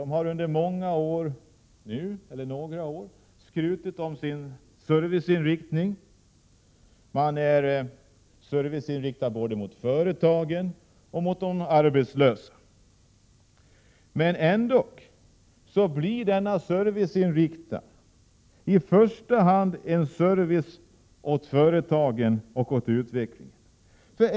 AMS har nu under några år skrutit om sin serviceinriktning. Man är serviceinriktad när det gäller både företagen och de arbetslösa. Men denna serviceinriktning är i första hand en service till företagen och åt utvecklingen.